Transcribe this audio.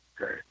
okay